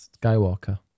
Skywalker